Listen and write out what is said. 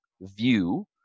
view